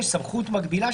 יש סמכות מקבילה,